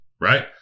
right